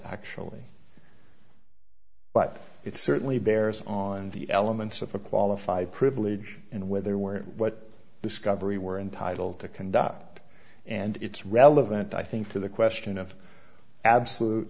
actually but it certainly bears on the elements of a qualified privilege and whether we're what discovery we're entitled to conduct and it's relevant i think to the question of absolute